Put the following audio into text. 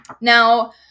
Now